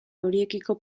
horiekiko